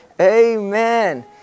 Amen